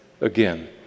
Again